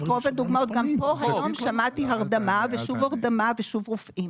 גם פה היום שמעתי הרדמה ושוב הרדמה ושוב רופאים.